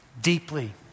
deeply